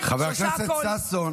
חבר הכנסת ששון,